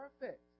perfect